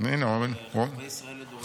אלא חכמי ישראל לדורותיהם.